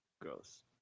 Gross